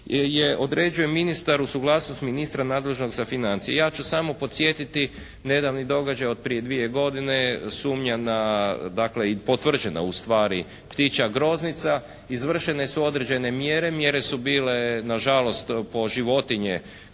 određuje ministar uz suglasnost ministra nadležnog za financije. Ja ću samo podsjetiti nedavni događaj od prije dvije godine sumnja na dakle, potvrđena ustvari ptičja groznica. Izvršene su određen mjere, mjere su bile nažalost po životinje kobne